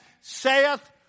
saith